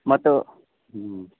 ಮತ್ತು